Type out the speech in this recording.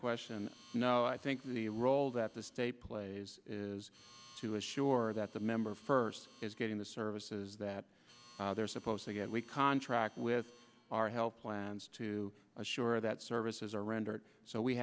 question no i think the role that the state plays is to assure that the member first is getting the services that they're supposed to get we contract with our health plans to assure that services are rendered so we